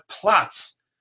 plots